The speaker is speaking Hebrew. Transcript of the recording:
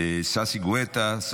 ששון ששי גואטה,